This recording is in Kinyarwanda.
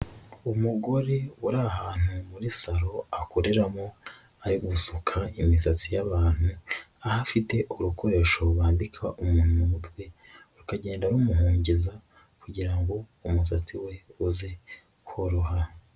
Umugore uri ahantu muri salo akoreramo ari gusuka imisatsi y'abantu aho afite urukoresho bambika umuntu mu muywe rukagenda rumuhungiza kugira ngo umusatsi we uze koroha.